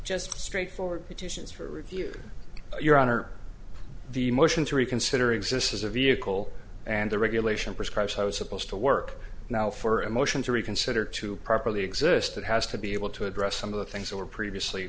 just straight forward petitions for review your honor the motion to reconsider exists as a vehicle and the regulation prescribed i was supposed to work now for a motion to reconsider to properly exist it has to be able to address some of the things that were previously